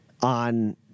on